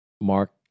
Mark